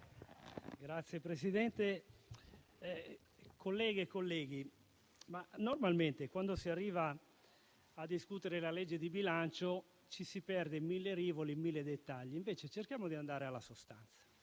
Signor Presidente, colleghe e colleghi, normalmente quando si arriva a discutere la legge di bilancio, ci si perde in mille rivoli e in mille dettagli, invece dobbiamo cercare di andare alla sostanza.